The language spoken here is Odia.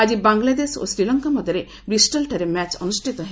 ଆକି ବାଂଲାଦେଶ ଓ ଶ୍ରୀଲଙ୍କା ମଧ୍ୟରେ ବିଷ୍ଟଲ୍ଠାରେ ମ୍ୟାଚ୍ ଅନୁଷ୍ଠିତ ହେବ